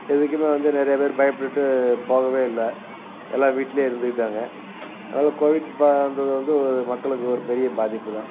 எதுக்குமே வந்து நிறையாப்பேரு பயப்பட்டுட்டு போகவே இல்லை எல்லா வீட்டிலையே இருந்துக்கிட்டாங்க அதனால் கோவிட் இப்போ அந்த இது வந்து மக்களுக்கு ஒரு பெரிய பாதிப்பு தான்